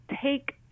take